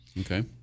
Okay